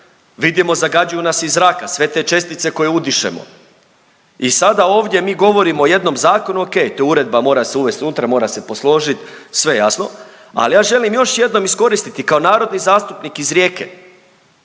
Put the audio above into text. vidimo zagađuju nas iz zraka, sve te čestice koje udišemo i sada ovdje mi govorimo o jednom zakonu, okej, to je uredba, mora se uvest unutra, mora se posložit, sve je jasno, ali ja želim još jednom iskoristiti kao narodni zastupnik iz Rijeke,